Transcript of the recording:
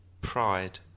pride